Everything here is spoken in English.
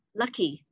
lucky